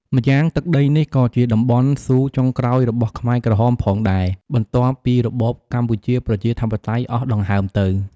ម៉្យាងទឹកដីនេះក៏ជាតំបន់ស៊ូចុងក្រោយរបស់ខ្មែរក្រហមផងដែរ បន្ទាប់ពីរបបកម្ពុជាប្រជាធិបតេយ្យអស់ដង្ហើមទៅ។